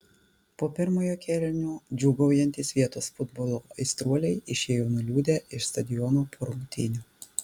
po pirmojo kėlinio džiūgaujantys vietos futbolo aistruoliai išėjo nuliūdę iš stadiono po rungtynių